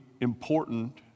important